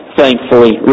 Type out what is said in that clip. thankfully